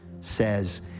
says